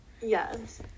Yes